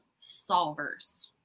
solvers